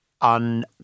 on